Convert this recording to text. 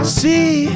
see